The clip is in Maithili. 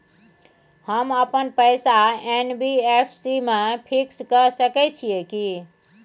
हम अपन पैसा एन.बी.एफ.सी म फिक्स के सके छियै की?